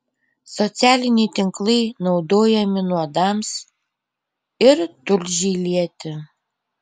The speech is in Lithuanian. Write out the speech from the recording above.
socialiniai tinklai naudojami nuodams ir tulžiai lieti